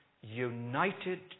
united